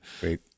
Great